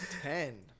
Ten